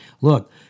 Look